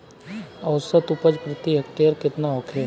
औसत उपज प्रति हेक्टेयर केतना होखे?